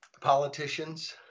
politicians